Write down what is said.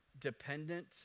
dependent